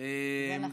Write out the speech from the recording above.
זה נכון.